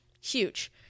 Huge